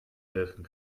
helfen